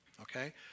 okay